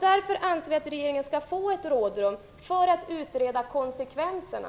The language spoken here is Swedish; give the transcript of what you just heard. Därför anser vi att regeringen bör få ett rådrum för att utreda konsekvenserna.